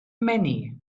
many